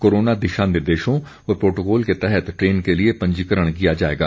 corona दिशा निर्देशों व प्रोटोकॉल के तहत ट्रेन के लिए पंजीकरण किया जाएगा